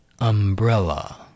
umbrella